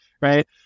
right